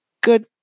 good